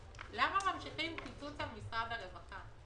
למה ממשיכים קיצוץ במשרד הרווחה?